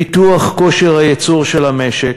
פיתוח כושר הייצור של המשק,